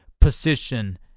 position